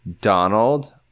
Donald